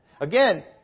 again